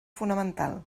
fonamental